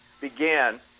began